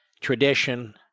tradition